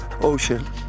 ocean